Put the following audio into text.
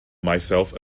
myself